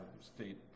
State